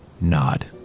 nod